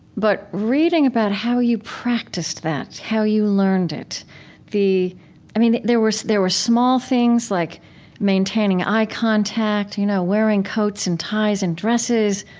but reading about how you practiced that, how you learned it i mean, there were so there were small things like maintaining eye contact, you know wearing coats and ties and dresses,